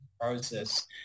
process